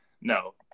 no